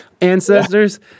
ancestors